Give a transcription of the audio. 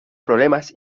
problemas